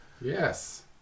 Yes